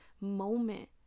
moment